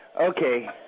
Okay